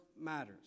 matters